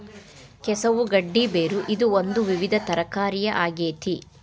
ಕೆಸವು ಗಡ್ಡಿ ಬೇರು ಇದು ಒಂದು ವಿವಿಧ ತರಕಾರಿಯ ಆಗೇತಿ